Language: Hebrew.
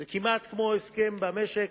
זה כמעט כמו הסכם במשק,